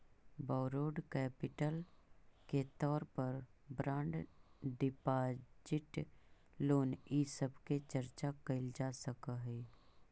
borrowed capital के तौर पर बॉन्ड डिपाजिट लोन इ सब के चर्चा कैल जा सकऽ हई